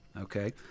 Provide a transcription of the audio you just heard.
Okay